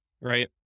Right